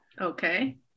Okay